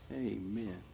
Amen